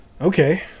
Okay